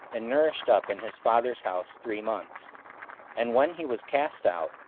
and nourished up in his father's house three months and when he was cast out,